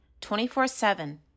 24-7